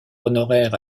honoraire